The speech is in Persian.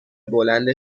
بلند